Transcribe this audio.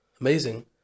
Amazing